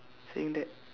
saying that